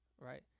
Right